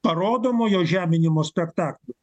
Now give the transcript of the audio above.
parodomojo žeminimo spektaklio